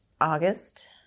August